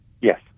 Yes